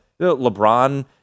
LeBron